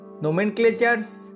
nomenclatures